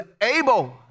able